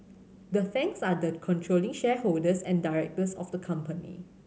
the Tangs are the controlling shareholders and directors of the company